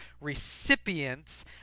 recipients